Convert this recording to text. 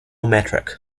metric